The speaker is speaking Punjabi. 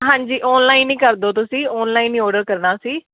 ਹਾਂਜੀ ਔਨਲਾਈਨ ਹੀ ਕਰ ਦਿਓ ਤੁਸੀਂ ਔਨਲਾਈਨ ਹੀ ਆਰਡਰ ਕਰਨਾ ਸੀ